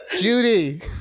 Judy